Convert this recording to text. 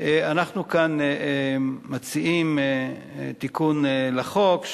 אנחנו כאן מציעים תיקון לחוק,